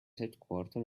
headquarter